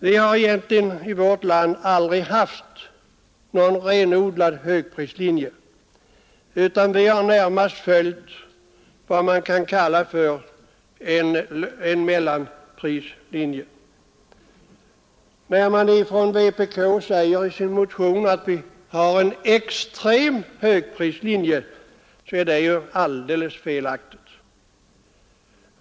Vi har egentligen i vårt land aldrig haft någon renodlad högprislinje, utan vi har närmast följt vad man kan kalla en mellanprislinje. När vänsterpartiet kommunisterna i sin motion säger att vi har en extrem högprislinje så är det alldeles felaktigt.